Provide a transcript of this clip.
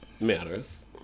matters